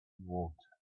water